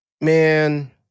Man